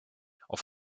auf